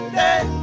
day